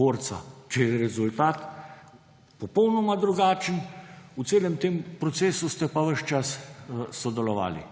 borca, če je rezultat popolnoma drugačen, v celem tem procesu ste pa ves čas sodelovali.